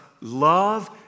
love